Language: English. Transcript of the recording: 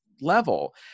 level